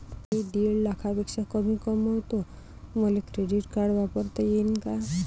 मी दीड लाखापेक्षा कमी कमवतो, मले क्रेडिट कार्ड वापरता येईन का?